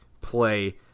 play